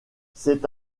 c’est